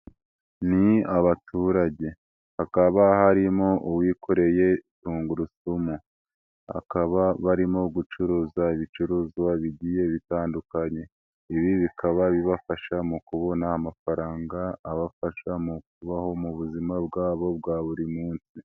Ni abaturage, hakaba harimo uwikoreye tungurusumu, bakaba barimo gucuruza ibicuruzwa bigiye bitandukanye, ibi bikaba bibafasha mu kubona amafaranga abafasha mu kubaho mu buzima bwabo bwa buri munsi.